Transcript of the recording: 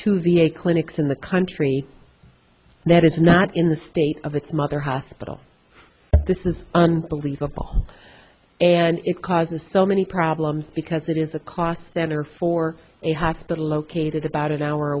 a clinics in the country that is not in the state of its mother hospital this is unbelievable and it causes so many problems because it is a cost center for a hospital located about an hour